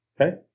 Okay